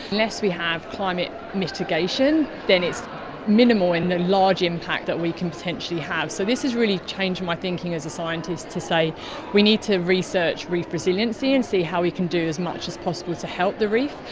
unless we have climate mitigation then it's minimal in the large impact that we can potentially have. so this has really changed my thinking as a scientist to say we need to research reef resiliency and see how we can do as much as possible to help the reef,